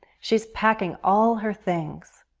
she's packing all her things.